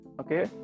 okay